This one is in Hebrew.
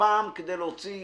פעם כדי להוציא